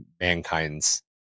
mankind's